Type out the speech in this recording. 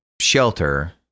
Shelter